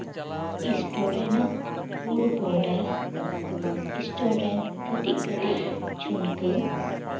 stone ᱨᱮᱱᱟᱜ ᱯᱩᱨᱟᱹ ᱵᱚᱰᱟᱨ ᱤᱥᱴᱳᱱ ᱨᱮᱱ ᱠᱟᱹᱴᱤᱡ ᱠᱟᱹᱴᱤᱡ ᱡᱷᱩᱢᱠᱟᱹ